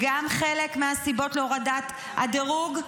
גם זה חלק מהסיבות להורדת הדירוג?